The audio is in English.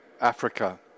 Africa